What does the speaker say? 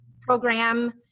program